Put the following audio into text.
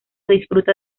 disfruta